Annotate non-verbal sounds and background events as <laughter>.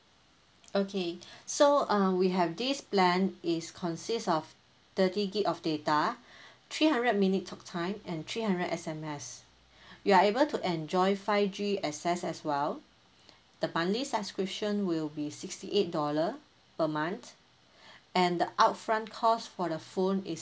okay <breath> so uh we have this plan is consist of thirty gig of data <breath> three hundred minute talk time and three hundred S_M_S <breath> you are able to enjoy five G access as well the monthly subscription will be sixty eight dollar per month <breath> and the upfront cost for the phone is